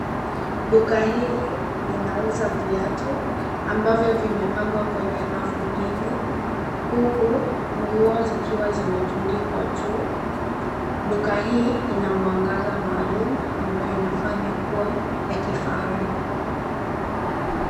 Duka hili linauza viatu ambavyo vimepangwa kwenye rafu nyingi huku nguo zikiwa zimetundikwa juu. Duka hii ina mwangaza maalum ambayo inafanya kuwa ya kifahari.